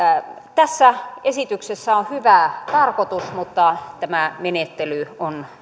tässä esityksessä on hyvä tarkoitus mutta tämä menettely on